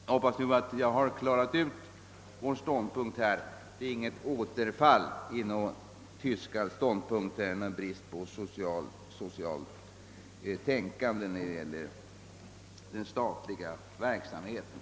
Jag hoppas att jag härmed kunnat klara ut vår ståndpunkt och även klargjort att det inte är fråga om något »återfall i en ståndpunkt med brist på socialt tänkande» när det gäller den statliga verksamheten.